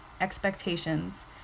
expectations